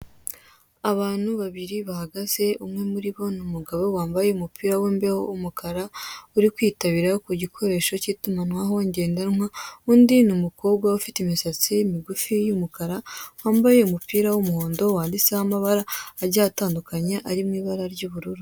Abantu babiri bahagaze. Umwe muri bo ni umugabo wambaye umupira w'imbeho w'umukara, uri kwitabira ku gikoresha cy'itumanaho ngendanwa. Undi ni umukobwa ufite imisatsi migufi y'umukara, wambaye umupira w'umuhondo wanditseho amagambo agiye atandukanye, ari mu ibara ry'ubururu.